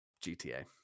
GTA